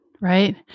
right